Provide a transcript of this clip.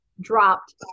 dropped